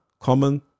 common